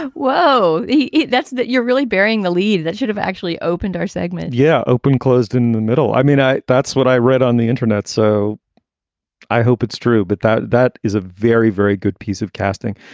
ah whoa, yeah that's that you're really burying the lead. that should have actually opened our segment yeah. open closed in and the middle. i mean, that's what i read on the internet. so i hope it's true. but that that is a very, very good piece of casting.